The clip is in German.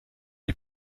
die